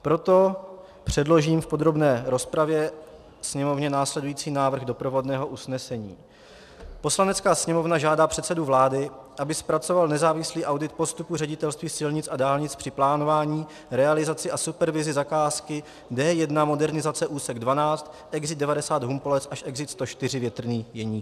Proto předložím v podrobné rozpravě Sněmovně následující návrh doprovodného usnesení: Poslanecká sněmovna žádá předsedu vlády, aby zpracoval nezávislý audit postupu Ředitelství silnic a dálnic při plánování, realizaci a supervizi zakázky D1 modernizace úsek 12 exit 90 Humpolec až exit 104 Větrný Jeníkov.